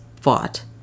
fought